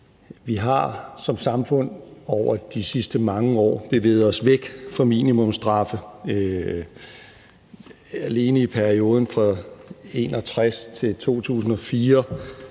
at vi som samfund over de sidste mange år har bevæget os væk fra minimumsstraffe. Alene i perioden fra 1961 til 2004